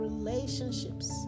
Relationships